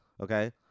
okay